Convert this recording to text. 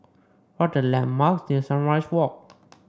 what are the landmarks near Sunrise Walk